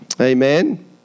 Amen